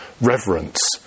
reverence